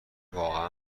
واقعا